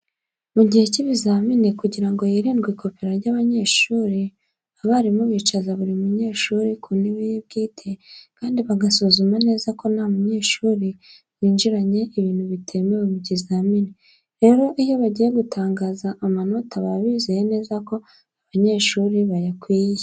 Mu gihe cy'ibizamini kugira ngo hirindwe ikopera ry'abanyeshuri, abarimu bicaza buri munyeshuri ku ntebe ye bwite kandi bagasuzuma neza ko nta munyeshuri winjiranye ibintu bitemewe mu kizamini. Rero iyo bagiye gutangaza amanota baba bizeye neza ko abanyeshuri bayakwiye.